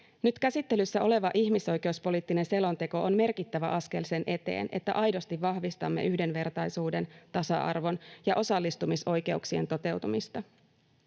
Nyt käsittelyssä oleva ihmisoikeuspoliittinen selonteko on merkittävä askel sen eteen, että aidosti vahvistamme yhdenvertaisuuden, tasa-arvon ja osallistumisoikeuksien toteutumista.